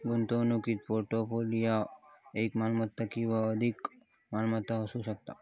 गुंतवणूक पोर्टफोलिओत एक मालमत्ता किंवा एकाधिक मालमत्ता असू शकता